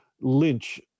lynch